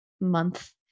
month